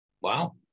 Wow